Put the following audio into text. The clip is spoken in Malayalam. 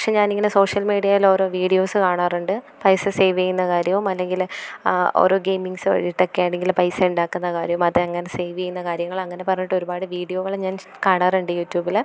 പക്ഷെ ഞാനിങ്ങനെ സോഷ്യൽ മീഡിയയിലോരോ വീഡിയോസ് കാണാറുണ്ട് പൈസ സേവെയ്യുന്ന കാര്യവും അല്ലെങ്കില് ഓരോ ഗെയിമിങ്ങ്സ് ഒരിതൊക്കെ അല്ലെങ്കില് പൈസ ഉണ്ടാക്കുന്ന കാര്യം അതെങ്ങനെ സേവെയ്യുന്ന കാര്യങ്ങൾ അങ്ങനെ പറഞ്ഞിട്ടൊരുപാട് വീഡിയോകള് ഞാൻ കാണാറുണ്ട് യൂ ട്യൂബില്